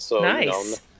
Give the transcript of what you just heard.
Nice